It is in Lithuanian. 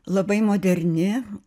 labai moderni